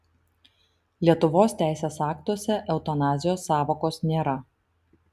lietuvos teisės aktuose eutanazijos sąvokos nėra